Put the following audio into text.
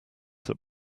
that